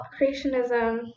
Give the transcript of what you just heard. creationism